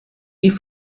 die